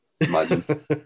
Imagine